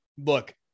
look